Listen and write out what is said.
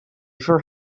for